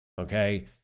Okay